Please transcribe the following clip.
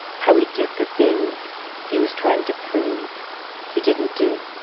how he did the thing he was trying to prove he didn't do